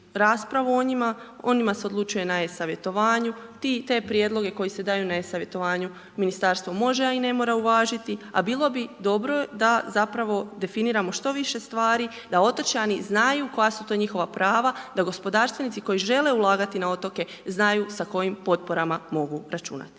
raspravu o njima. O njima se odlučuje na e-savjetovanju, ti i te prijedloge koji se daju na e-savjetovanju Ministarstvo može, a i ne mora uvažiti, a bilo bi dobro da zapravo definiramo što više stvari, da otočani znaju koja su to njihova prava, da gospodarstvenici koji žele ulagati na otoke znaju sa kojim potporama mogu računati.